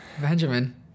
Benjamin